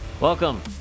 Welcome